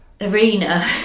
arena